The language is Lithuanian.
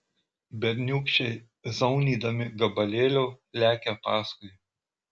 berniūkščiai zaunydami gabalėlio lekia paskui